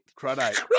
Crudite